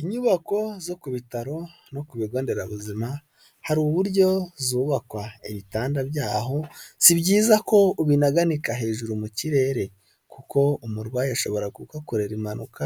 Inyubako zo ku bitaro no ku bigo nderabuzima hari uburyo zubakwa. Ibitanda byaho si byiza ko ubinaganika hejuru mu kirere, kuko umurwayi ashobora kugukorera impanuka,